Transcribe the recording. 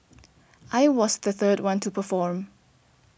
I was the third one to perform